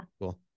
Cool